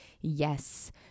yes